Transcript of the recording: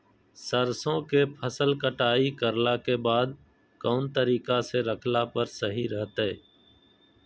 सरसों के फसल कटाई करला के बाद कौन तरीका से रखला पर सही रहतय?